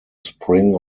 spring